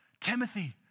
Timothy